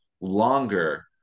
longer